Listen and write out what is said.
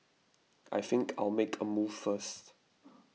I think I'll make a move first